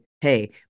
hey